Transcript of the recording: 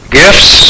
gifts